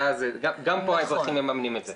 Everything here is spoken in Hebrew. גם פה האזרחים מממנים את זה.